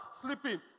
sleeping